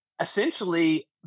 essentially